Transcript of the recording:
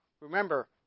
Remember